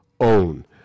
own